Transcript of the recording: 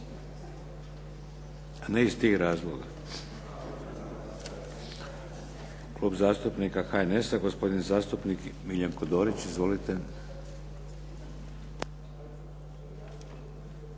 … Ne iz tih razloga. Klub zastupnika HNS-a, gospodin zastupnik Miljenko Dorić. Izvolite.